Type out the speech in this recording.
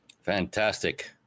Fantastic